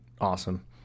awesome